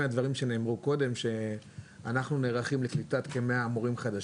של השתלמות מסודרת של קליטת מורים חדשים